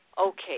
Okay